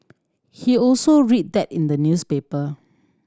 he also read that in the newspaper